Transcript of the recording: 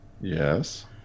Yes